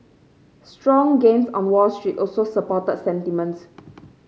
strong gains on Wall Street also supported sentiment